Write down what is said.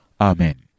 Amen